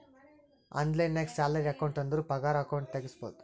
online ನಾಗ್ salary account ಅಂದುರ್ ಪಗಾರ ಅಕೌಂಟ್ ತೆಗುಸ್ಬೋದು